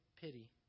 pity